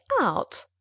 out